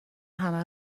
همه